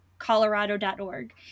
colorado.org